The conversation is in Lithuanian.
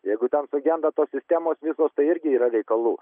jeigu ten sugenda tos sistemos visos tai irgi yra reikalų